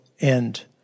end